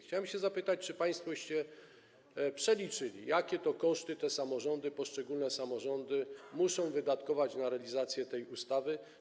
Chciałbym zapytać, czy państwoście przeliczyli, jakie to koszty te samorządy, poszczególne samorządy, muszą wydatkować na realizację tej ustawy.